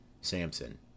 Samson